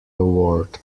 award